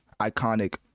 iconic